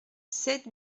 sept